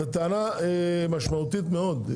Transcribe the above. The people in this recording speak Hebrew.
זו טענה משמעותית מאוד,